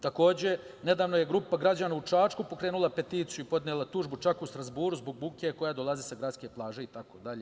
Takođe, nedavno je grupa građana u Čačku pokrenula peticiju i podnela tužbu čak u Strazburu zbog buke koja dolazi sa gradske plaže itd.